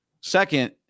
Second